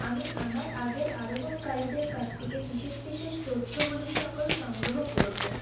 আমি আমার আগের আরোহণকারীদের কাছ থেকে বিশেষ বিশেষ তথ্যগুলি সকল সংগ্রহ করব